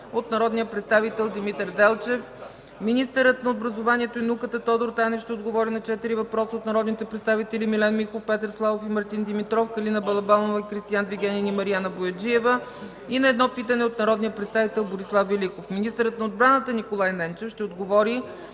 от народния представител Димитър Делчев; - министърът на образованието и науката Тодор Танев ще отговори на четири въпроса от народните представители Милен Михов, Петър Славов и Мартин Димитров, Калина Балабанова, и Кристиан Вигенин и Мариана Бояджиева, и на едно питане от народния представител Борислав Великов; - министърът на отбраната Николай Ненчев ще отговори